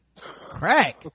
Crack